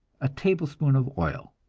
a tablespoonful of oil.